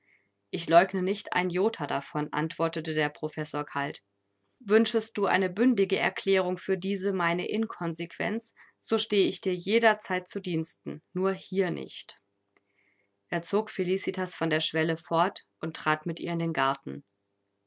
ich leugne nicht ein jota davon antwortete der professor kalt wünschest du eine bündige erklärung für diese meine inkonsequenz so stehe ich dir jederzeit zu diensten nur hier nicht er zog felicitas von der schwelle fort und trat mit ihr in den garten